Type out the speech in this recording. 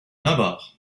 navarre